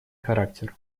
характер